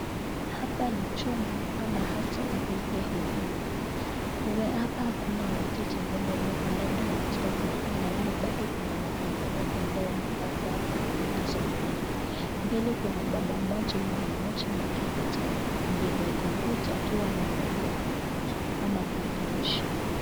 Hapa ni jumba ama ata ofisi ya huduma, hapa kuna wateja ambapo may be labda wanataka kufunga alafu bado kuna wafanyi kazi ambao wamefaa sare zinazofanana, mbele kuna baba mmoja mama mmoja amekaa katika mbele ya kompyuta akiwa anawaeleza ama kuelimisha.